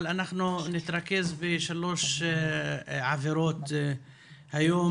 אבל אנחנו נתרכז בשלוש עבירות היום,